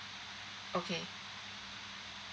okay